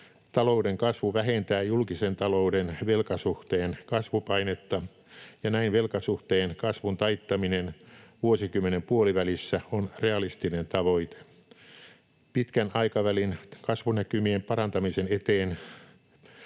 Talouden kasvu vähentää julkisen talouden velkasuhteen kasvupainetta, ja näin velkasuhteen kasvun taittaminen vuosikymmenen puolivälissä on realistinen tavoite. Pitkän aikavälin kasvunäkymien parantamisen eteen